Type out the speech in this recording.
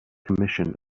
commission